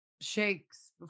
shakes